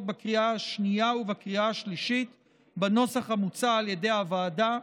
בקריאה השנייה ובקריאה השלישית בנוסח המוצע על ידי הוועדה.